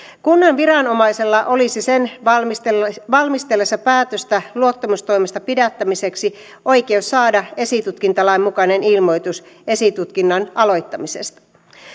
kunnan viranomaisella olisi sen valmistellessa valmistellessa päätöstä luottamustoimesta pidättämiseksi oikeus saada esitutkintalain mukainen ilmoitus esitutkinnan aloittamisesta